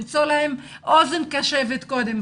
למצוא להן אוזן קשבת קודם,